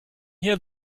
hear